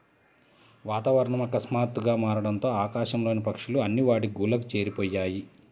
వాతావరణం ఆకస్మాతుగ్గా మారడంతో ఆకాశం లోని పక్షులు అన్ని వాటి గూళ్లకు చేరిపొయ్యాయి